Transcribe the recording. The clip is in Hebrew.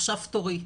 'עכשיו תורי,